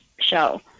show